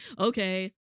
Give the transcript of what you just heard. Okay